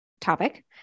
topic